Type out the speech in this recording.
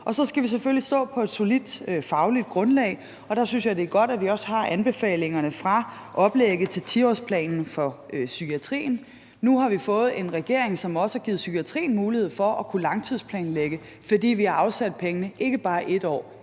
Og så skal vi selvfølgelig stå på et solidt fagligt grundlag, og der synes jeg, det er godt, at vi også har anbefalingerne fra oplægget til 10-årsplanen for psykiatrien. Nu har vi fået en regering, som også har givet psykiatrien mulighed for at kunne langtidsplanlægge, fordi vi har afsat pengene ikke bare et år,